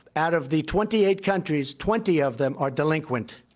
out of the twenty eight countries, twenty of them are delinquent.